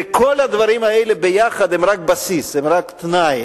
וכל הדברים האלה ביחד הם רק בסיס, הם רק תנאי.